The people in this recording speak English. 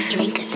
Drink